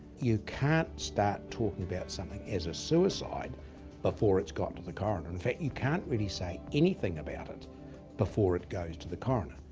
you can't start talking about something as a suicide before it's got to the coroner, in fact you can't really say anything about it before it goes to the coroner.